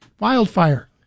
wildfire